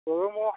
গৰু ম'হ